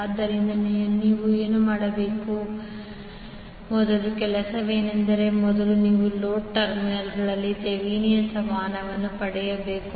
ಆದ್ದರಿಂದ ನಾವು ಮಾಡಬೇಕಾಗಿರುವುದು ಮೊದಲ ಕೆಲಸವೆಂದರೆ ಮೊದಲು ನೀವು ಲೋಡ್ ಟರ್ಮಿನಲ್ಗಳಲ್ಲಿ ಥೆವೆನಿನ್ ಸಮಾನವನ್ನು ಪಡೆಯಬೇಕು